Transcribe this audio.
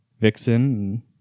Vixen